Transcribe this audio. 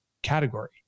category